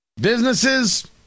Businesses